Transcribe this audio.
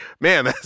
man